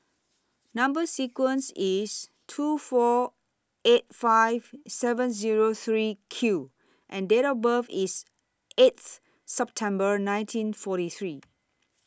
Number sequence IS two four eight five seven Zero three Q and Date of birth IS eighth September nineteen forty three